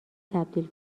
تبدیل